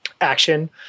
action